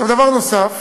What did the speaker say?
דבר נוסף,